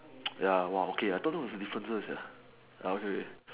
ya !wah! okay I don't know the differences sia ya uh okay